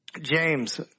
James